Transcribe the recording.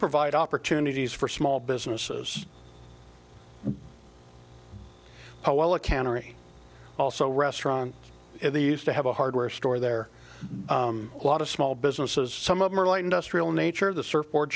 provide opportunities for small businesses oh well a cannery also restaurant the used to have a hardware store there a lot of small businesses some of them are light industrial nature the surfboard